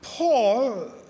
Paul